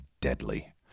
Deadly